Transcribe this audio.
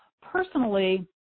Personally